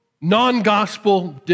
non-gospel